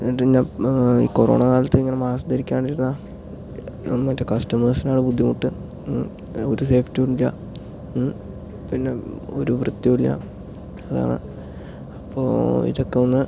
എന്നിട്ട് പിന്നെ ഈ കൊറോണക്കാലത്ത് ഇങ്ങനെ മാസ്ക്ക് ധരിക്കാണ്ട് ഇരുന്നാൽ മറ്റു കസ്റ്റമേഴ്സിന് ആണ് ബുദ്ധിമുട്ട് ഒരു സേഫ്റ്റിയും ഇല്ല പിന്ന ഒരു വൃത്തിയും ഇല്ല അതാണ് അപ്പം ഇതൊക്ക ഒന്ന്